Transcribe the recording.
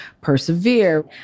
persevere